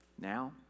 Now